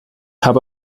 habe